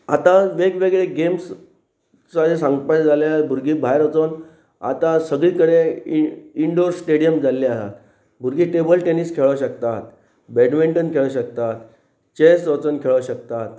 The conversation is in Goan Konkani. आतां वेगवेगळे गेम्स जे सांगपाच जाल्यार भुरगीं भायर वचून आतां सगळी कडेन इंडोर स्टेडियम जाल्ले आसात भुरगीं टेबल टेनीस खेळूं शकतात बॅडमिंटन खेळूं शकतात चेस वचून खेळूं शकतात